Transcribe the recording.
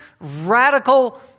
radical